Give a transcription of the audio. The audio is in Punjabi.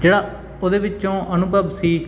ਜਿਹੜਾ ਉਹਦੇ ਵਿੱਚੋਂ ਅਨੁਭਵ ਸੀ